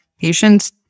patients